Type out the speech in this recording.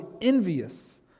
envious